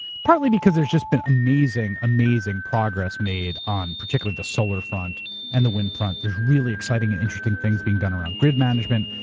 partly because there's just been amazing, amazing progress made on, particularly the solar front and the wind front. there's really exciting and interesting things being done around grid management.